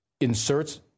inserts